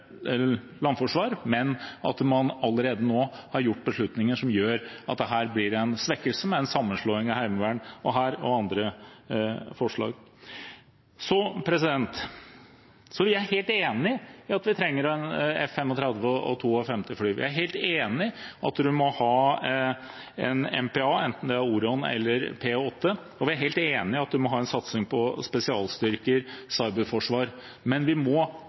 landforsvar, og at man allerede nå har gjort beslutninger som gjør at det her blir en svekkelse, med en sammenslåing av heimevern og hær – og andre forslag. Vi er helt enig i at vi trenger 52 F-35-fly. Vi er helt enig i at man må ha et MPA, enten det er Orion eller P-8. Og vi er helt enig i at man må ha en satsing på spesialstyrker og cyberforsvar, men vi må